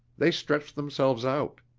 they stretched themselves out.